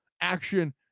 action